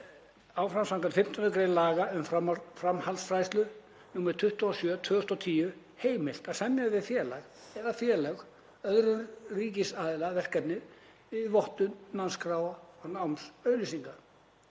áfram, skv. 15. gr. laga um framhaldsfræðslu, nr. 27/2010, heimilt að semja við félag eða fela öðrum ríkisaðila verkefni við vottun námskráa og námslýsinga.